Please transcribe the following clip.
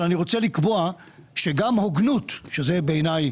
אבל אני רוצה לקבוע שגם הוגנות שבעיניי